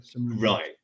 Right